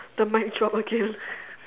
the mic dropped again